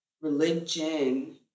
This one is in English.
religion